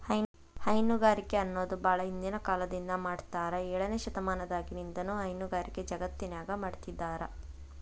ಹೈನುಗಾರಿಕೆ ಅನ್ನೋದು ಬಾಳ ಹಿಂದಿನ ಕಾಲದಿಂದ ಮಾಡಾತ್ತಾರ ಏಳನೇ ಶತಮಾನದಾಗಿನಿಂದನೂ ಹೈನುಗಾರಿಕೆ ಜಗತ್ತಿನ್ಯಾಗ ಮಾಡ್ತಿದಾರ